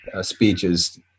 speeches